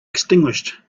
extinguished